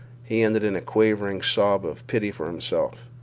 he ended in a quavering sob of pity for himself.